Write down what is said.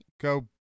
go